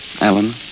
Alan